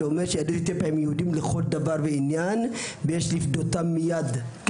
שאומר שיהדות אתיופיה הם יהודים לכל דבר ועניין ויש לפדותם מייד.